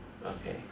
okay